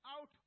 out